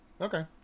Okay